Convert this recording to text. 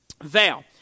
vow